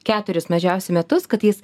keturis mažiausia metus kad jis